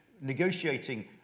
negotiating